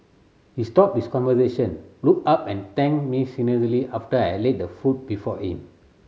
he stopped his conversation looked up and thanked me after I laid the food before him